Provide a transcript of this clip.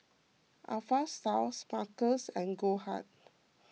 Alpha Style Smuckers and Goldheart